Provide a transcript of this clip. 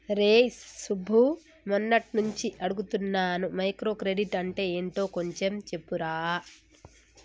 రేయ్ సుబ్బు, మొన్నట్నుంచి అడుగుతున్నాను మైక్రో క్రెడిట్ అంటే యెంటో కొంచెం చెప్పురా